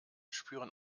spüren